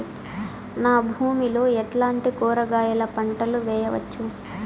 నా భూమి లో ఎట్లాంటి కూరగాయల పంటలు వేయవచ్చు?